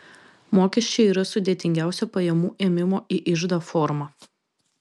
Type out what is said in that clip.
mokesčiai yra sudėtingiausia pajamų ėmimo į iždą forma